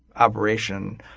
operation,